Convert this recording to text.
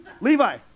Levi